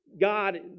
God